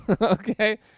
okay